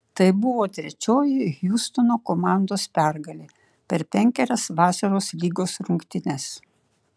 tai buvo trečioji hjustono komandos pergalė per penkerias vasaros lygos rungtynes